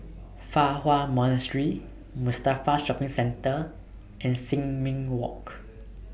Fa Hua Monastery Mustafa Shopping Centre and Sin Ming Walk